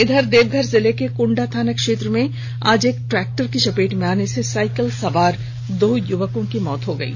इधर देवघर जिले के कुंडा थानाक्षेत्र में आज एक ट्रैक्टर की चपेट में आने से साईकिल सवार दो युवकों की मौत हो गयी